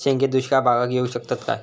शेंगे दुष्काळ भागाक येऊ शकतत काय?